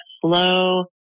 slow